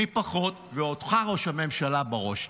מי פחות, ואותך, ראש הממשלה, בראש.